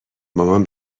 مامان